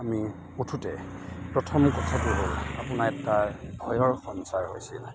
আমি উঠোতে প্ৰথমে কথাটো হ'ল আপোনাৰ এটা ভয়ৰ সঞ্চাৰ হৈছিল